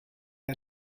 are